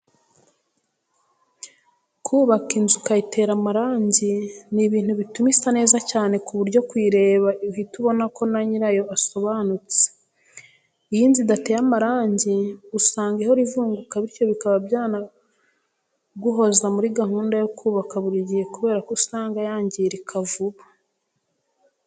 Kubaka inzu ukayitera amarangi ni ibintu bituma isa neza cyane ku buryo kuyireba uhita ubona ko na nyirayo asobanutse. Iyo inzu idateye amarangi usanga ihora ivunguka bityo bikaba byanaguhoza muri gahunda zo kubaka buri gihe kubera ko usanga yangirika vuba.